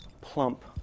plump